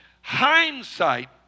hindsight